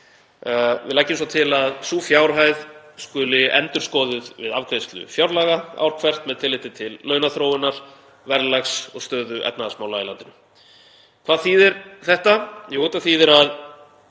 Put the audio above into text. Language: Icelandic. Við leggjum svo til að sú fjárhæð skuli endurskoðuð við afgreiðslu fjárlaga ár hvert með tilliti til launaþróunar, verðlags og stöðu efnahagsmála í landinu. Hvað þýðir þetta? Jú, þetta þýðir að